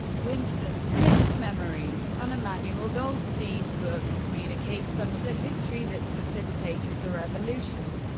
winston smith's memory and emmanuel goldstein's book communicate some of the history that precipitated the revolution.